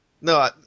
No